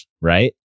right